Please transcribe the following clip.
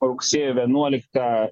rugsėjo vienuolikta